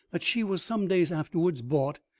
that she was some days afterwards bought,